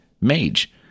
Mage